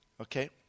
Okay